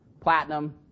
Platinum